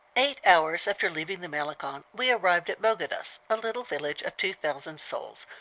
eight hours after leaving the malecon we arrived at bodegas, a little village of two thousand souls,